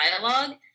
dialogue